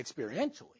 experientially